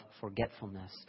forgetfulness